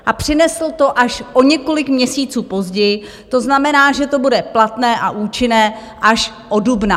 A přinesl to až o několik měsíců později, to znamená, že to bude platné a účinné až od dubna.